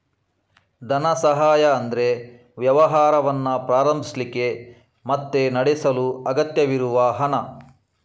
ಧನ ಸಹಾಯ ಅಂದ್ರೆ ವ್ಯವಹಾರವನ್ನ ಪ್ರಾರಂಭಿಸ್ಲಿಕ್ಕೆ ಮತ್ತೆ ನಡೆಸಲು ಅಗತ್ಯವಿರುವ ಹಣ